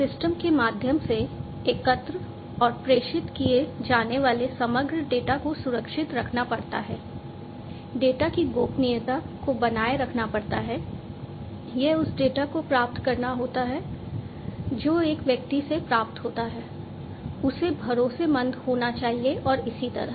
system के माध्यम से एकत्र और प्रेषित किए जाने वाले समग्र डेटा को सुरक्षित रखना पड़ता है डेटा की गोपनीयता को बनाए रखना पड़ता है यह उस डेटा को प्राप्त करना होता है जो एक व्यक्ति से प्राप्त होता है इसे भरोसेमंद होना चाहिए और इसी तरह